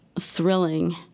thrilling